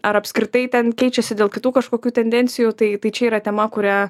ar apskritai ten keičiasi dėl kitų kažkokių tendencijų tai tai čia yra tema kurią